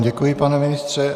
Děkuji vám, pane ministře.